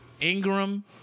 Ingram